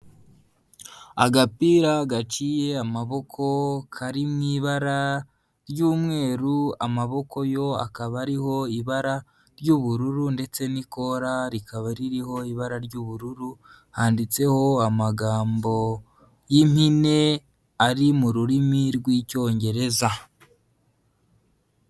Agapira gaciye amaboko kari mu ibara ry'umweru, amaboko yo akaba ariho ibara ry'ubururu ndetse n'ikora rikaba ririho ibara ry'ubururu, handitseho amagambo y'impine ari mu rurimi rw'icyongereza.